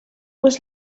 was